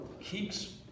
keeps